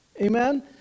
Amen